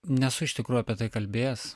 nesu iš tikrųjų apie tai kalbėjęs